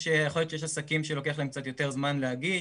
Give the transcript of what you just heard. יכול להיות שיש עסקים שלוקח להם קצת יותר זמן להגיש,